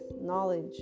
knowledge